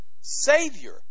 Savior